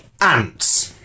Ants